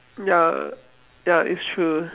ya ya it's true